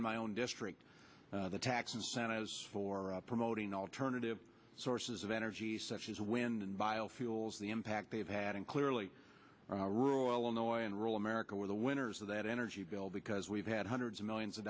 in my own district the tax incentives for promoting alternative sources of energy such as wind and biofuels the impact they've had in clearly rural illinois and rural america where the winners of that energy bill because we've had hundreds of millions of